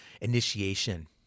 initiation